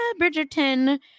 Bridgerton